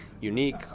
unique